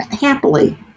happily